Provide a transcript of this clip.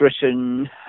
Britain